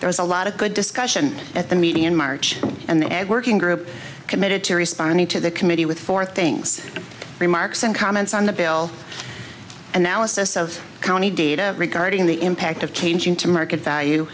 there was a lot of good discussion at the meeting in march and the egg working group committed to responding to the committee with four things remarks and comments on the bill analysis of county data regarding the impact of keynsham to market value